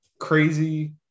crazy